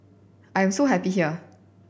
I am so happy here